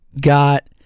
got